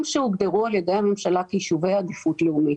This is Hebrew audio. שהוגדרו על ידי הממשלה כיישובי עדיפות לאומית.